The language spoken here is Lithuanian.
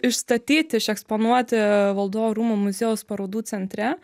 išstatyti išeksponuoti valdovų rūmų muziejaus parodų centre